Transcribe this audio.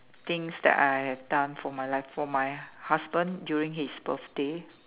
things that I have done for my li~ for my husband during his birthday